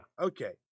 Okay